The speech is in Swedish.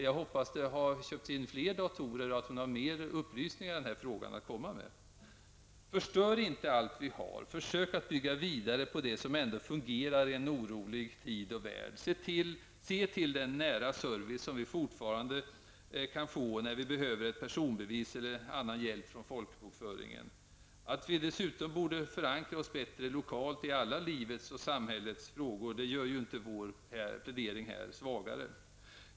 Jag hoppas att det har köpts in fler datorer och att Marianne Andersson har fler upplysningar att komma med i den här frågan. Förstör inte allt vi har. Försök att bygga vidare på det som ändå fungerar i en orolig tid och värld. Se till den nära service som vi fortfarande kan få när vi behöver ett personbevis eller annan hjälp från folkbokföringen. Att vi dessutom borde förankra oss bättre lokalt i alla livets och samhällets frågor, gör ju inte vår plädering här svagare.